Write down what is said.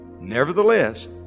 Nevertheless